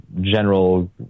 general